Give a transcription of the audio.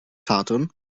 sadwrn